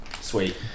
Sweet